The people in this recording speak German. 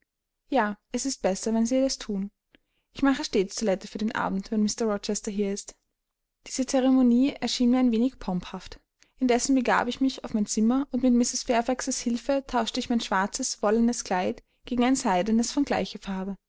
ja es ist besser wenn sie es thun ich mache stets toilette für den abend wenn mr rochester hier ist diese ceremonie erschien mir ein wenig pomphaft indessen begab ich mich auf mein zimmer und mit mrs fairfaxs hilfe tauschte ich mein schwarzes wollenes kleid gegen ein seidenes von gleicher farbe